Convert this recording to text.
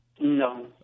No